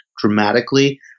dramatically